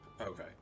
Okay